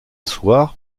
soir